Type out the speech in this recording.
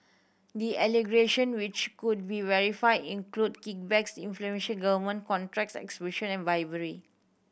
the allegation which could be verified include kickbacks inflating government contracts extortion and bribery